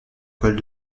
col